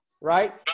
right